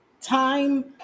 time